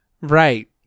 right